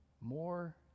more